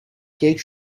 cake